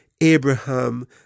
Abraham